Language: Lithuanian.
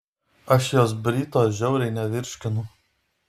aš jos bryto žiauriai nevirškinu